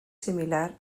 similar